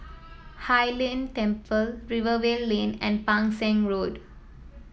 Hai Lnn Temple Rivervale Lane and Pang Seng Road